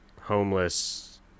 homeless